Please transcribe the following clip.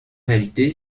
réalité